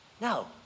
No